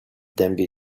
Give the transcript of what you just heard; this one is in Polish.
dębie